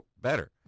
better